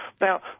Now